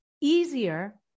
easier